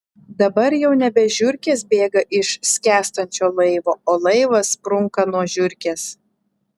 dabar jau nebe žiurkės bėga iš skęstančio laivo o laivas sprunka nuo žiurkės